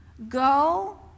Go